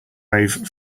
wave